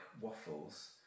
waffles